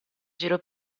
giro